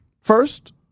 first